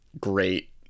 great